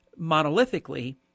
monolithically